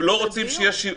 לא רוצים שיהיה שימוש.